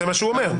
זה מה שהוא אומר.